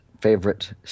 favorite